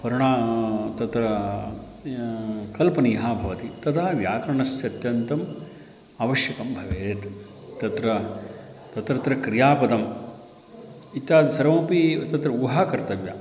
वर्णः तत्र य कल्पनीयः भवति तदा व्याकरणस्य अत्यन्तम् आवश्यकं भवेत् तत्र तत्र क्रियापदम् इत्यादि सर्वमपि तत्र ऊहः कर्तव्या